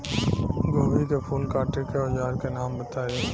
गोभी के फूल काटे के औज़ार के नाम बताई?